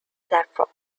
platform